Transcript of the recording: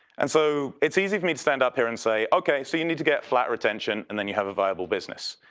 and so it's easy for me to stand up here and say, okay, so you need to get flat retention and then you have a viable business.